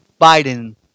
Biden